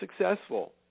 successful